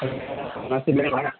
مناسب لگے بھائی